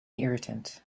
irritant